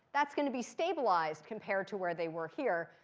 that's going to be stabilized compared to where they were here.